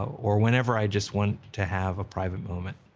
or whenever i just want to have a private moment.